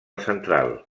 central